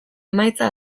emaitza